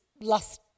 last